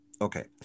Okay